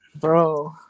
Bro